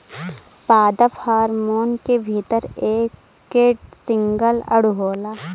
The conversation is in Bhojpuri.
पादप हार्मोन के भीतर एक ठे सिंगल अणु होला